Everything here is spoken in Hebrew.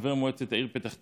כחבר מועצת העיר פתח תקווה,